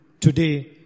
today